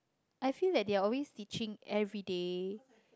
I feel that they are always teaching everyday